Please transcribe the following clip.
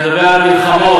אני מדבר על המלחמות.